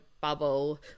bubble